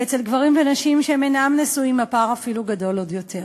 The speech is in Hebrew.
ואצל גברים ונשים שאינם נשואים הפער אפילו גדול עוד יותר.